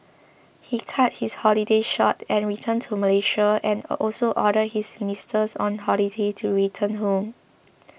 he cut his holiday short and returned to Malaysia and also ordered his ministers on holiday to return home